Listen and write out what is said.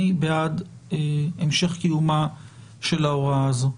אני בעד המשך קיומה של ההוראה הזו.